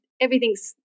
Everything's